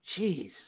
Jeez